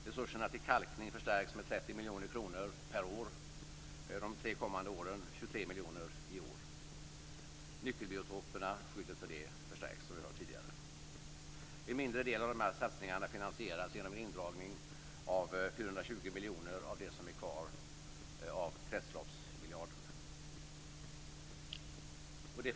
Resurserna till kalkning förstärks med 30 miljoner kronor per år de tre kommande åren, 23 miljoner i år. Skyddet för nyckelbiotoperna förstärks, som vi hört tidigare. En mindre del av satsningarna finansieras genom en indragning av 420 miljoner av det som är kvar av kretsloppsmiljarden.